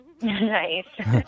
Nice